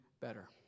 better